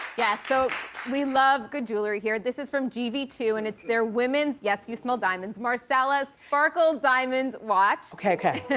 yeah, so we love good jewelry here. this is from g v two and it's their women's, yes, you smell diamonds, marsala sparkled diamond watch okay.